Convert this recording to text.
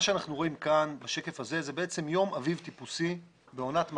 אנחנו רואים בשקף הזה יום אביב טיפוסי לעונת מעבר.